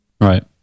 Right